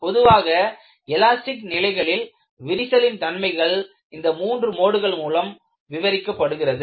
பொதுவான எலாஸ்டிக் நிலைகளில் விரிசலின் தன்மைகள் இந்த மூன்று மோடுகள் மூலம் விவரிக்கப்படுகிறது